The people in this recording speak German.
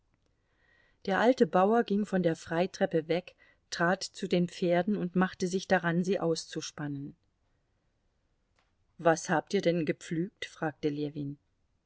der alte bauer ging von der freitreppe weg trat zu den pferden und machte sich daran sie auszuspannen was habt ihr denn gepflügt fragte ljewin